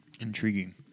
Intriguing